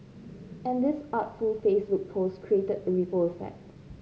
and this artful Facebook post created a ripple effect